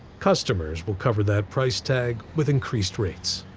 customers will cover that price tag with increased rates.